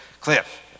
Cliff